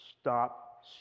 stop